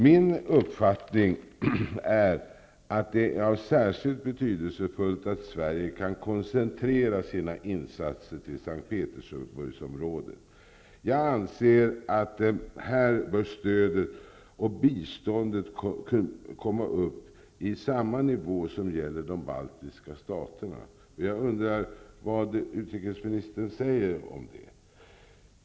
Min uppfattning är att det är särskilt betydelsefullt att Sverige kan koncentrera sina insatser till S:t Petersburgsområdet. Jag anser att här bör stödet och biståndet komma upp i samma nivå som gäller de baltiska staterna. Jag undrar vad utrikesministern säger om det.